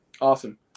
Awesome